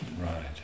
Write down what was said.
Right